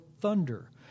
thunder